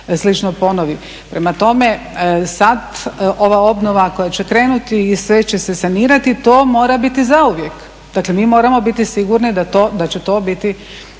slično ponovi. Prema tome, sad ova obnova koja će krenuti i sve će se sanirati to mora biti zauvijek. Dakle mi moramo biti sigurni da će to biti